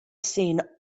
seen